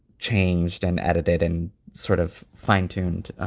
changed and edited and sort of fine tuned.